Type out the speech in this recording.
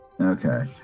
Okay